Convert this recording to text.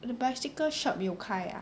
the bicycle shop 有开 ah